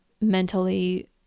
mentally